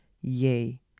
Yay